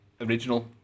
original